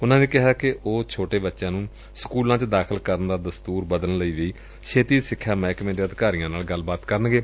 ਉਨੂਾਂ ਨੇ ਕਿਹਾ ਕਿ ਉਹ ਛੋਟੇ ਬਚਿਆਂ ਨੂੰ ਸਕੂਲਾਂ ਚ ਦਾਖਲ ਕਰਨ ਦਾ ਦਸਤੂਰ ਬਦਲਣ ਲਈ ਉਹ ਛੇਤੀ ਸੈਂਸਖਿਆ ਮਹਿਕਮੇ ਦੇ ਅਧਿਕਾਰੀਆਂ ਨਾਲ ਗੈਂਲਬਾਤ ਕਰਨਗੇ